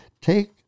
take